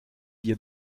ihr